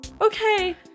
Okay